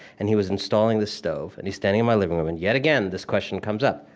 and he was installing the stove, and he's standing in my living room, and yet again, this question comes up,